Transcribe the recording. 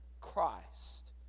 Christ